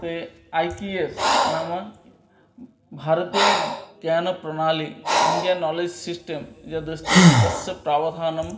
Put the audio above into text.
ते I K S नाम भारतीयज्ञानप्रणाली इण्डियन् नोलेज् सिस्टं यदस्ति तस्य प्रावधानं